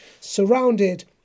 surrounded